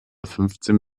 fünfzehn